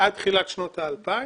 עד תחילת שנות ה-2000.